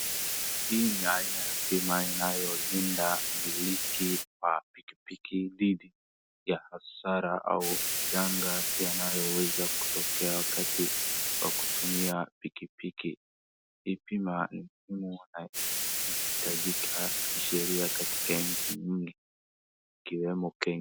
Hii ni aina yabima inayomlinda mmiliki wa pikipiki dhidi ya hasara au janga yanayoweza kutokea wakati wa kutumia pikipiki. Hii bima ni muhimu na inahitajika kisheria katika nchi mingi ikiwemo kenya.